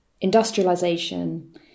industrialization